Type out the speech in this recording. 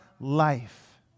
life